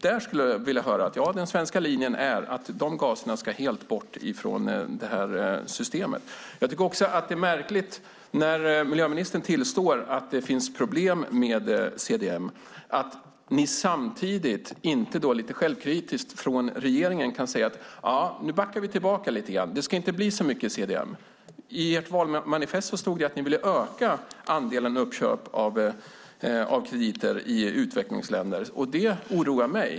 Där skulle jag vilja höra att den svenska linjen är att de gaserna helt ska bort från systemet. Det är märkligt att miljöministern tillstår att det finns problem med CDM men samtidigt inte lite självkritiskt från regeringen kan säga: Nu backar vi tillbaka lite grann, det ska inte bli så mycket CDM. I ert valmanifest sade ni att ni vill öka andelen uppköp av krediter i utvecklingsländer. Det oroar mig.